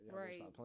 right